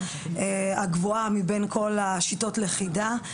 הגבוהה מבין כל שיטות הלכידה.